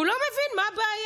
והוא לא מבין מה הבעיה.